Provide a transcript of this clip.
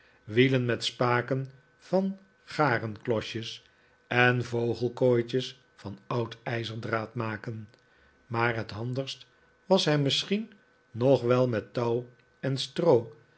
wielen met spaken van garenklosjes en vogelkooitjes van oud ijzerdraad maken maar het handigst was hij misschien nog wel met touw en stroo